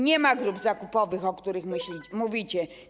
Nie ma grup zakupowych, o których mówicie.